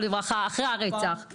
אחרי הרצח,